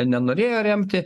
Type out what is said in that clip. nenorėjo remti